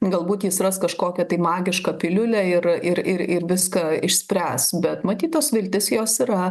galbūt jis ras kažkokią tai magišką piliulę ir ir ir ir viską išspręs bet matyt tos viltys jos yra